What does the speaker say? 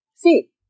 See